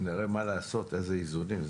נראה מה לעשות, איזה איזונים.